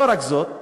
לא רק זאת.